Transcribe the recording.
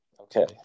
okay